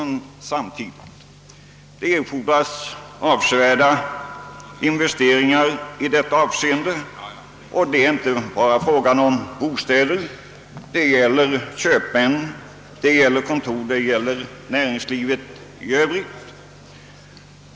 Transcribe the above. Det erfordras avsevärda investeringar för detta, och det är inte bara fråga om bostäder. Det gäller köpmän, kontor och näringslivet i övrigt.